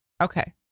Okay